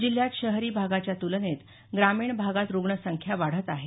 जिल्ह्यात शहरी भागाच्या तुलनेत ग्रामीण भागात रुग्णसंख्या वाढत आहे